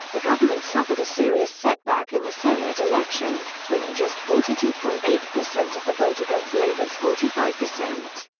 the government suffered a serious setback in the senate election, winning just forty two point eight per cent of the vote against labor's forty five per cent.